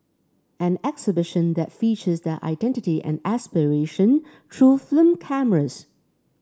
an exhibition that features their identity and aspiration through film cameras